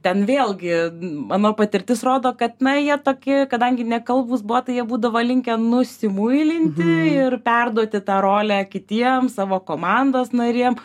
ten vėlgi mano patirtis rodo kad na jie tokie kadangi nekalbūs buvo tai jie būdavo linkę nusimuilinti ir perduoti tą rolę kitiems savo komandos narėm